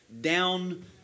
down